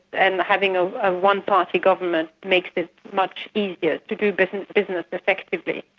and having a ah one-party government makes it much easier to do but and business effectively.